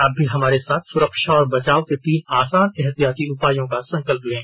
आप भी हमारे साथ सुरक्षा और बचाव के तीन आसान एहतियाती उपायों का संकल्प लें